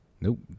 nope